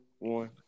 One